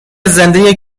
زنده